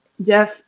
Jeff